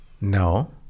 no